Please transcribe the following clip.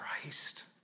Christ